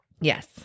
Yes